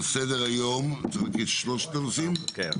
על סדר היום יש שלושה נושאים, ועליהם